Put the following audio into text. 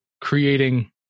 creating